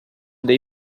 dei